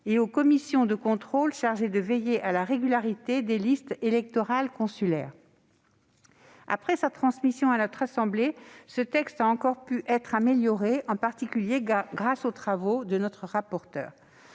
et aux commissions de contrôle chargées de veiller à la régularité des listes électorales consulaires. Après sa transmission à notre assemblée, ce texte a encore pu être amélioré, en particulier grâce aux travaux de notre rapporteur.